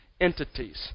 entities